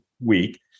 week